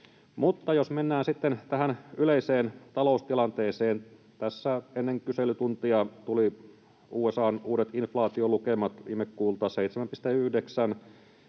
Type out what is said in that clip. Mutta jos mennään sitten tähän yleiseen taloustilanteeseen. Tässä ennen kyselytuntia tuli USA:n uudet inflaatiolukemat viime kuulta: 7,9